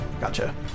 Gotcha